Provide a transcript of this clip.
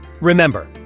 Remember